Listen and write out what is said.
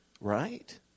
right